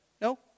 No